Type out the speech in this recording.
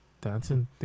dancing